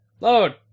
Load